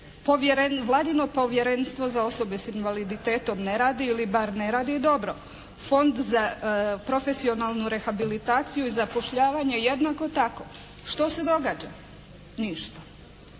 Vladino Povjerenstvo za osobe s invaliditetom ne radi ili bar ne radi dobro. Fond za profesionalnu rehabilitaciju i zapošljavanje jednako tako. Što se događa? Ništa.